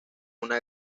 una